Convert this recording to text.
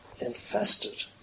infested